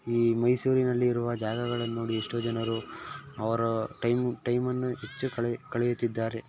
ಈ ಮೈಸೂರಿನಲ್ಲಿರುವ ಜಾಗಗಳನ್ನು ನೋಡಿ ಎಷ್ಟೋ ಜನರು ಅವರು ಟೈಮ್ ಟೈಮನ್ನು ಹೆಚ್ಚು ಕಳೆ ಕಳೆಯುತ್ತಿದ್ದಾರೆ